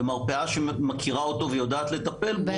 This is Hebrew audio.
במרפאה שמכירה אותו ויודעת לטפל בו,